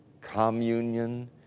Communion